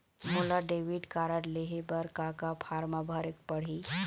मोला debit card लेहे बर का का फार्म भरेक पड़ही?